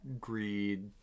greed